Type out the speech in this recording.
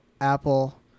apple